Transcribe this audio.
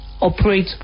operate